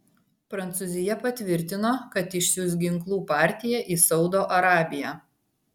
prancūzija patvirtino kad išsiųs ginklų partiją į saudo arabiją